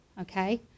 okay